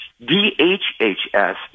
DHHS